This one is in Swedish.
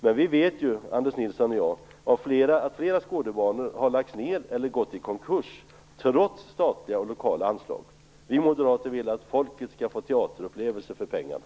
Men Anders Nilsson och jag vet att flera skådebanor har lagts ned eller gått i konkurs trots statliga och lokala anslag. Vi moderater vill att folket skall få teaterupplevelser för pengarna.